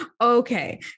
okay